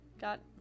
got